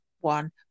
one